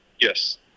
yes